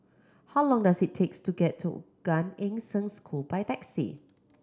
how long does it takes to get to Gan Eng Seng School by taxi